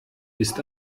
ist